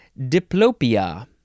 diplopia